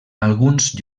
alguns